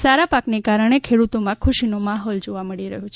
સારા ભાવના કારણે ખેડૂતોમાં ખુશીનો માહોલ જોવા મળી રહ્યો છે